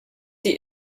die